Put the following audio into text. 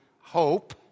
hope